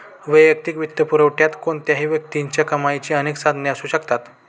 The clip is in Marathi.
वैयक्तिक वित्तपुरवठ्यात कोणत्याही व्यक्तीच्या कमाईची अनेक साधने असू शकतात